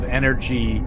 energy